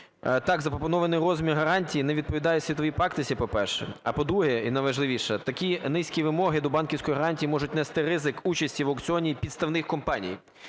Так, запропонований розмір гарантії не відповідає світовій практиці, по-перше. А, по-друге, і найважливіше, такі низькі вимоги до банківської гарантії можуть нести ризик участі в аукціоні і підставних компаній